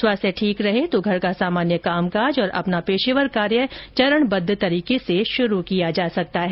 स्वास्थ्य ठीक रहे तो घर का सामान्य कामकाज और अपना पेशेवर कार्य चरणबद्व तरीके से शुरू किया जा सकता है